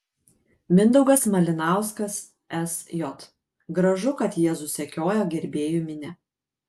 mindaugas malinauskas sj gražu kad jėzų sekioja gerbėjų minia